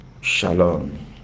Shalom